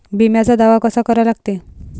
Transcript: बिम्याचा दावा कसा करा लागते?